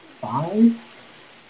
Five